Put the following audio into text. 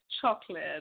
chocolate